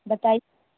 بتائی